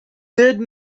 did